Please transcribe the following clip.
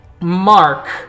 Mark